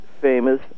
famous